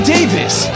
Davis